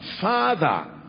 Father